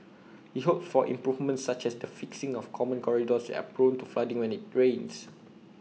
he hopes for improvements such as the fixing of common corridors that are prone to flooding when IT rains